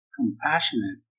compassionate